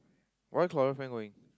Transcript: why Claudia friend going